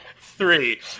three